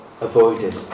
avoided